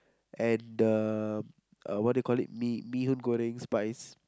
and the uh what you call it mee mee-hoon-goreng spice